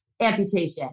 amputation